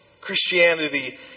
Christianity